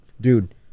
dude